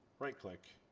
right click,